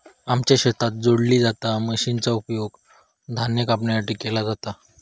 आमच्या शेतात जोडली जाता मशीनचा उपयोग धान्य कापणीसाठी केलो जाता